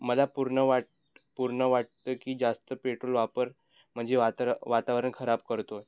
मला पूर्ण वाट पूर्ण वाटतंत की जास्त पेट्रोल वापर म्हणजे वातावरण खराब करतो आहे